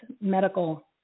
medical